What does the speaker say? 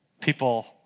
people